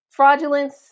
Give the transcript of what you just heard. fraudulence